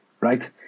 right